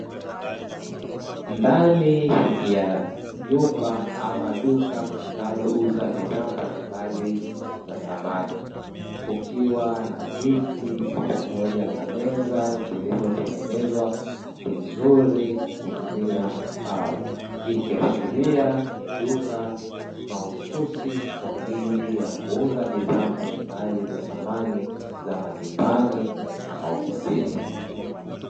Ndani ya nyumba ama duka linalouza bidhaa mbalimbali za thamani kukiwa na viti pamoja na meza zilizotengenezwa vizuri kutumia mbao, ikiashiria ni duka mahususi kwa ajili ya kuuza bidhaa mbalimbali za thamani za majumbani na maofisini.